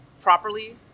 properly